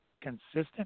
consistent